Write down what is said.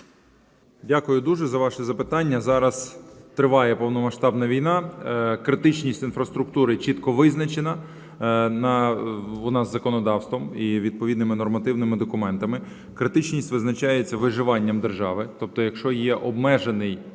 Дякую дуже за ваше запитання. Зараз триває повномасштабна війна, критичність інфраструктури чітко визначена у нас законодавством і відповідними нормативними документами. Критичність визначається виживанням держави. Тобто якщо є обмежений,